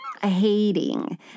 hating